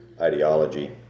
ideology